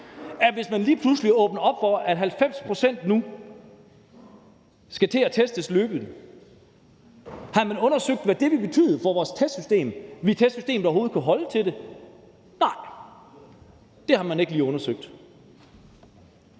hvis man lige pludselig åbner op for, at 90 pct. nu skal til at testes løbende. Har man undersøgt, hvad det vil betyde for vores testsystem? Vil testsystemet overhovedet kunne holde til det? Nej, det har man ikke lige undersøgt.